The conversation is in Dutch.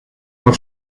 haar